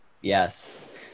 Yes